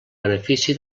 benefici